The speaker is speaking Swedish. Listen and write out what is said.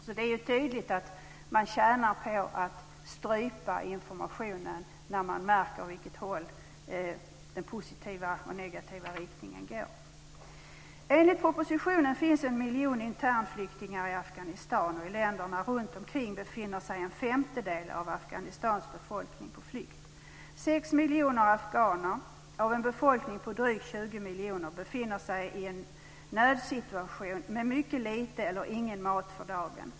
Så det är tydligt att man tjänar på att strypa informationen när man märker åt vilket håll det positiva och negativa går. Enligt propositionen finns det en miljon internflyktingar i Afghanistan, och i länderna runtomkring befinner sig en femtedel av Afghanistans befolkning på flykt. Sex miljoner afghaner, av en befolkning på drygt 20 miljoner, befinner sig i en nödsituation med mycket lite eller ingen mat för dagen.